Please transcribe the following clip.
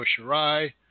Shirai